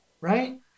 right